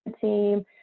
team